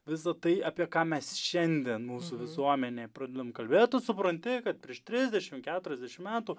visa tai apie ką mes šiandien mūsų visuomenėj pradedam kalbėt tu supranti kad prieš trisdešimt keturiasdešimt metų